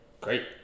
Great